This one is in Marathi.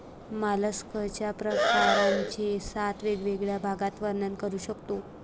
मॉलस्कच्या प्रकारांचे सात वेगवेगळ्या भागात वर्णन करू शकतो